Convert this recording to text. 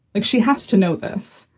like she has to know this.